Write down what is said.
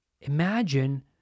Imagine